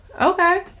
Okay